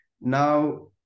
Now